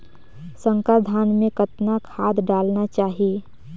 संकर धान मे कतना खाद डालना चाही?